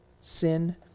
sin